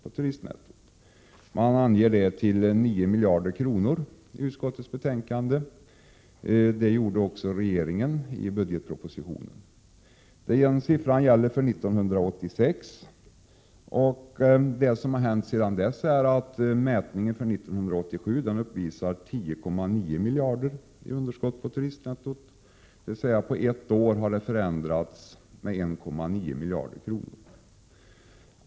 Det anges till 9 miljarder kronor i utskottsbetänkandet. Detsamma angav regeringen i budgetpropositionen. Det beloppet gäller för 1986. Det som har hänt sedan dess är att mätningen för 1987 uppvisar 10,9 miljarder i underskott på turistnettot, dvs. på ett år har nettot förändrats med 1,9 miljarder kronor.